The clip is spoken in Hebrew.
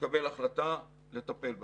יקבל החלטה לטפל בעניין.